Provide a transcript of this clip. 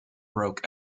broke